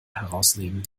herausnehmen